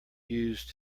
used